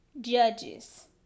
judges